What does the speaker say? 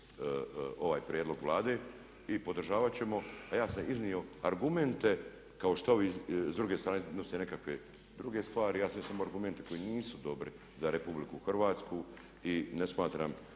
ovaj prijedlog Vlade i podržavat ćemo a ja sam iznio argumente kao što ovi iz druge strane donosite nekakve druge, ja sam iznio argumente koji nisu dobri za RH i ne smatram